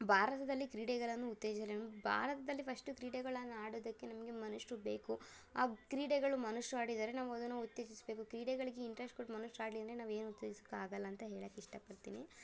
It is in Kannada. ಭಾರತದಲ್ಲಿ ಕ್ರೀಡೆಗಳನ್ನು ಉತ್ತೇಜಲೇನು ಭಾರತದಲ್ಲಿ ಫಸ್ಟು ಕ್ರೀಡೆಗಳನ್ನು ಆಡೋದಕ್ಕೆ ನಮಗೆ ಮನುಷ್ಯರು ಬೇಕು ಆ ಕ್ರೀಡೆಗಳು ಮನುಷ್ಯರು ಆಡಿದರೆ ನಾವು ಅದನ್ನು ಉತ್ತೇಜಿಸಬೇಕು ಕ್ರೀಡೆಗಳಿಗೆ ಇಂಟ್ರೆಸ್ಟ್ ಕೊಟ್ಟು ಮನುಷ್ಯರು ಆಡಲಿ ಅಂದರೆ ನಾವೇನು ಉತ್ತೇಜಿಸಕ್ಕಾಗಲ್ಲ ಅಂತ ಹೇಳಕ್ಕಿಷ್ಟಪಡ್ತೀನಿ